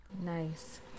Nice